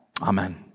Amen